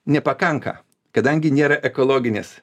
nepakanka kadangi nėra ekologinės